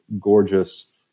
gorgeous